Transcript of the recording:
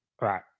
Right